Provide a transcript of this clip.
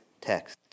text